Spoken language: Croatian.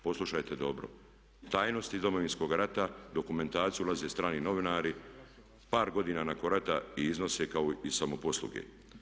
Poslušajte dobro, tajnosti iz Domovinskog rata, u dokumentaciju ulaze strani novinari, par godina nakon rata i iznose kao iz samoposluge.